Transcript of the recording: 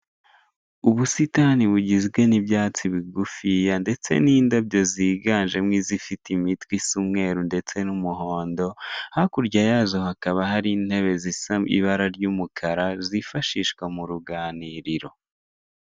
Ubusitani bugizwe n'ibyatsi bigufiya ndetse n'indabyo ziganjemo izifite imitwe isa umweru ndetse n'umuhondo hakurya yazo hakaba hari intebe zisa ibara ry'umukara zifashishwa mu uruganiriro.